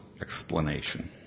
explanation